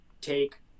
take